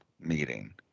meeting